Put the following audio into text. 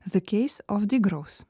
the case of degrowth